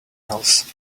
else